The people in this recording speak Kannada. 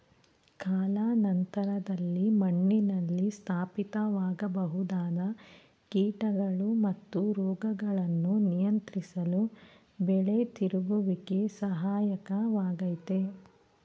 ಕಾಲಾನಂತರದಲ್ಲಿ ಮಣ್ಣಿನಲ್ಲಿ ಸ್ಥಾಪಿತವಾಗಬಹುದಾದ ಕೀಟಗಳು ಮತ್ತು ರೋಗಗಳನ್ನು ನಿಯಂತ್ರಿಸಲು ಬೆಳೆ ತಿರುಗುವಿಕೆ ಸಹಾಯಕ ವಾಗಯ್ತೆ